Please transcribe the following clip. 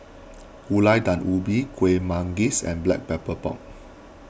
Gulai Daun Ubi Kuih Manggis and Black Pepper Pork